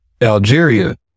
algeria